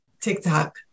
TikTok